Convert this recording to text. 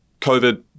COVID